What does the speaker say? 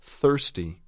thirsty